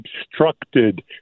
obstructed